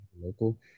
local